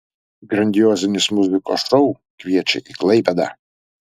grandiozinis muzikos šou kviečia į klaipėdą